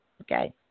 Okay